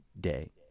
day